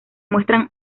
muestran